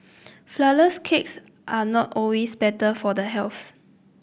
flourless cakes are not always better for the health